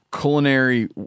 culinary